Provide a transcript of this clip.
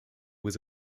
was